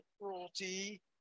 cruelty